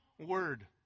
word